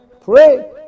pray